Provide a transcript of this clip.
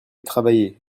travailler